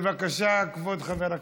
בבקשה, כבוד חבר הכנסת.